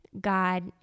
God